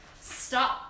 stop